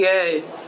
Yes